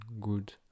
good